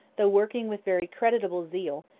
though working with very creditable zeal,